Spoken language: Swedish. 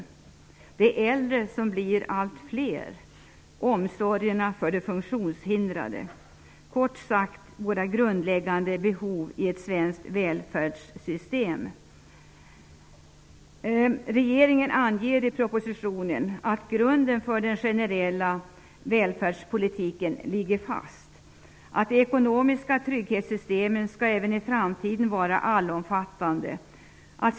Jag tänker då på de äldre, som blir allt fler, och på de funktionshindrade. Kort sagt: Hur skall vi klara av att tillgodose de grundläggande behoven i det svenska välfärdssystemet? Regeringen anger i propositionen att grunden för den generella välfärdspolitiken ligger fast. Man säger att de ekonomiska trygghetssystemen även i framtiden skall vara allomfattande.